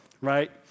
right